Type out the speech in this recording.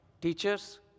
teachers